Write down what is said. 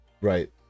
right